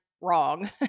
wrong